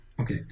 okay